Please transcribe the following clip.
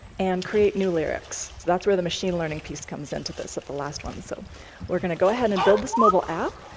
and create new lyrics. so that's where the machine learning piece comes into this at the last one. so we're going to go ahead and build this mobile app.